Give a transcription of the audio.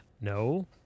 No